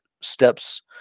steps